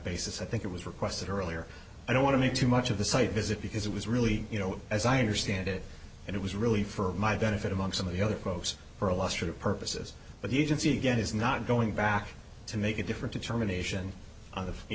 basis i think it was requested earlier i don't want to make too much of the site visit because it was really you know as i understand it and it was really for my benefit among some of the other croaks for a lesser purposes but the agency again is not going back to make a different determination o